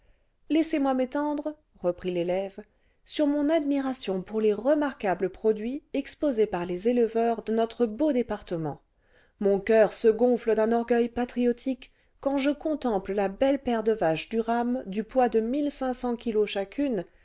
laissez-moi m'étendre reprit l'élève sur mon admiration pour les remarquables produits exposés par les éleveurs de notre beau département mon coeur se gonfle d'un orgueil patriotique quand je contemple la belle paire de vaches durham du poids de kilos chacune